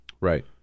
Right